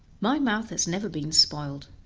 my mouth has never been spoiled,